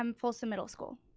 um folsom middle school.